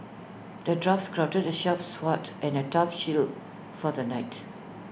the dwarf crafted the sharp sword and A tough shield for the knight